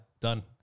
Done